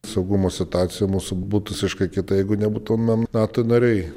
saugumo situacija mūsų būtų visiškai kita jeigu nebūtumėm nato nariai